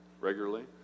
regularly